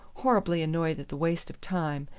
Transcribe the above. horribly annoyed at the waste of time,